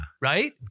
Right